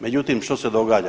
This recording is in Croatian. Međutim, što se događa?